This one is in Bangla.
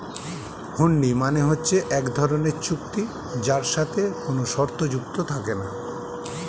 হুন্ডি মানে হচ্ছে এক ধরনের চুক্তি যার সাথে কোনো শর্ত যুক্ত থাকে না